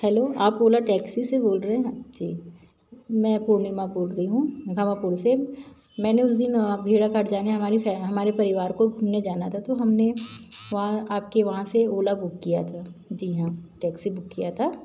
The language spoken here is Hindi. हेलो आप ओला टैक्सी से बोल रहे हैं जी मैं पुर्णिमा बोल रही हूँ घावापुर से मैंने उस दिन भेड़ाघाट जाने हमारे फैमि हमारे परिवार को घूमने जाना था तो हम ने वहाँ आप के यहाँ से ओला बुक किया था जी हाँ टैक्सी बुक किया था